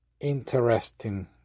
interesting